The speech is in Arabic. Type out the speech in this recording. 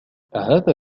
أهذا